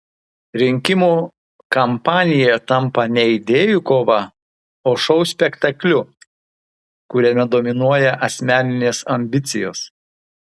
rinkimų kampanija tampa ne idėjų kova o šou spektakliu kuriame dominuoja asmeninės ambicijos